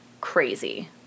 crazy